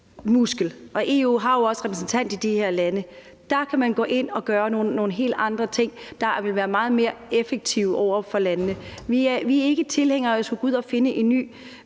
Og EU har jo også repræsentanter i de her lande. Der kan man gå ind og gøre nogle helt andre ting, der vil være meget mere effektive over for landene. Vi er ikke tilhængere af at skulle gå ud og finde en ny